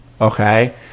okay